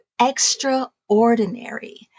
extraordinary